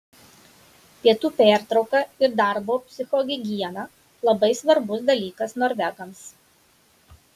pietų pertrauka ir darbo psichohigiena labai svarbus dalykas norvegams